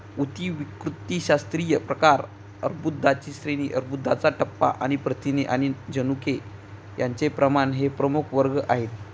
ऊतिविकृतिशास्त्रीय प्रकार अर्बुदाची श्रेणी अर्बुदाचा टप्पा आणि प्रथिने आणि जनुके यांचे प्रमाण हे प्रमुख वर्ग आहेत